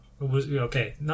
okay